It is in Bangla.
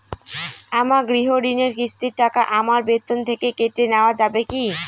আমার গৃহঋণের কিস্তির টাকা আমার বেতন থেকে কেটে নেওয়া যাবে কি?